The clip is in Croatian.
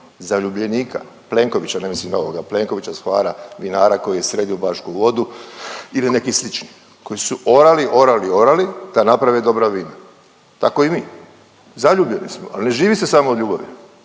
Zaljubljenika Plenkovića, ne mislim na ovoga Plenkovića, s Hvara vinara koji je sredio Bašku Vodu ili neki slični koji su orali, orali, orali da naprave dobra vina. Tako i mi, zaljubljeni smo ali ne živi se samo od ljubavi,